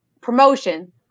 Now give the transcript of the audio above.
promotion